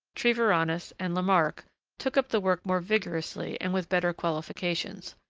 treviranus, and lamarck took up the work more vigorously and with better qualifications.